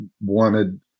wanted